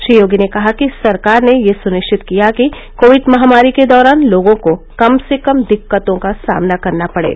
श्री योगी ने कहा कि सरकार ने यह सुनिश्चित किया कि कोविड महामारी के दौरान लोगों को कम से कम दिक्कतों का सामना करना पड़े